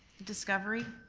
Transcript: discovery,